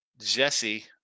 Jesse